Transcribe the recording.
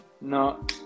no